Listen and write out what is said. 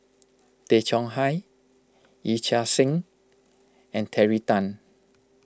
Tay Chong Hai Yee Chia Hsing and Terry Tan